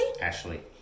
ashley